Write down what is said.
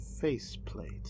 faceplate